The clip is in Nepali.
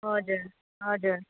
हजुर हजुर